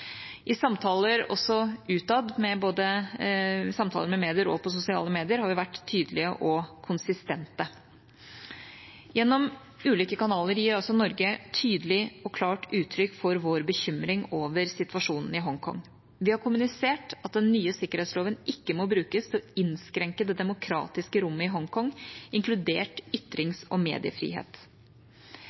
I samtaler også utad, med medier og på sosiale medier, har vi vært tydelige og konsistente. Gjennom ulike kanaler gir også Norge tydelig og klart uttrykk for vår bekymring over situasjonen i Hongkong. Vi har kommunisert at den nye sikkerhetsloven ikke må brukes til å innskrenke det demokratiske rommet i Hongkong, inkludert ytrings- og mediefrihet.